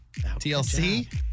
TLC